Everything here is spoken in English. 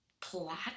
plot